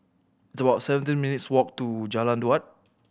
it's about seventeen minutes' walk to Jalan Daud